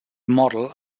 model